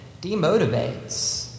demotivates